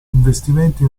investimenti